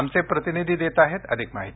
आमचे प्रतिनिधी देत आहेत अधिक माहिती